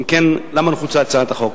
אם כן, למה נחוצה הצעת החוק?